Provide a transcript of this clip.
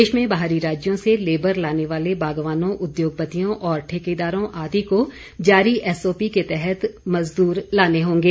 प्रदेश में बाहरी राज्यों से लेबर लाने वाले बागवानों उद्योगपतियो और ठेकेदारों आदि को जारी एसओपी के तहत मजदूर लाने होंगे